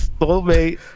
soulmate